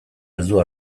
heldu